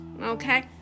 okay